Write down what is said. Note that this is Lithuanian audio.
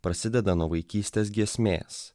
prasideda nuo vaikystės giesmės